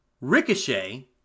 Ricochet